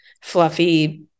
fluffy